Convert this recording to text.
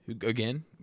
Again